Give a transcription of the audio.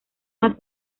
más